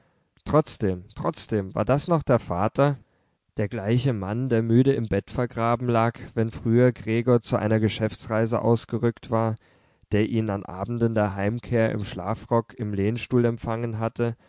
trotzdem trotzdem war das noch der vater der gleiche mann der müde im bett vergraben lag wenn früher gregor zu einer geschäftsreise ausgerückt war der ihn an abenden der heimkehr im schlafrock im lehnstuhl empfangen hatte